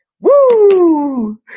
Woo